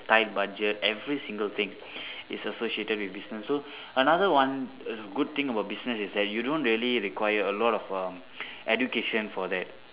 tight budget every single thing is associated with business so another one good thing about business is that you don't really require a lot of um education for that